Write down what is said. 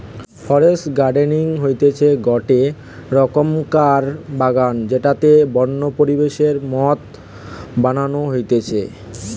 forest gardening হতিছে গটে রকমকার বাগান যেটাকে বন্য পরিবেশের মত বানানো হতিছে